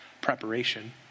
preparation